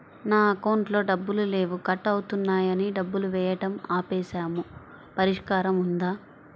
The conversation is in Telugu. నా అకౌంట్లో డబ్బులు లేవు కట్ అవుతున్నాయని డబ్బులు వేయటం ఆపేసాము పరిష్కారం ఉందా?